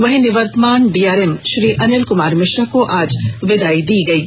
वहीं निवर्तमान डीआरएम श्री अनिल कुमार मिश्रा को आज विदाई दी गयी